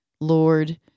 Lord